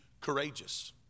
courageous